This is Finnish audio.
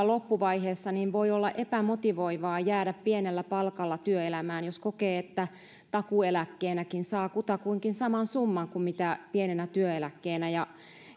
loppuvaiheessa voi olla epämotivoivaa jäädä pienellä palkalla työelämään jos kokee että takuueläkkeenäkin saa kutakuinkin saman summan kuin pienenä työeläkkeenä ja